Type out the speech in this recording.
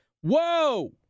Whoa